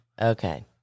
Okay